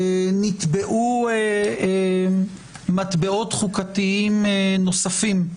נטבעו מטבעות חוקתיים נוספים.